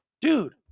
Dude